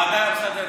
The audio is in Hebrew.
הוועדה המסדרת.